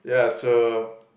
yeah it's a